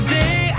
day